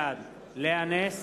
בעד לאה נס,